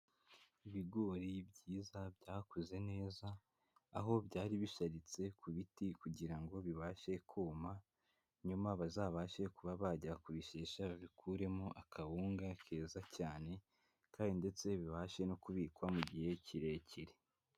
Ibigori byiza byakoze neza, aho byari bisharitse ku biti kugira ngo bibashe kuma nyuma bazabashe kuba bajya kubishesha babikuremo akawunga keza cyane kandi ndetse bibashe no kubikwa mu gihe kirekire.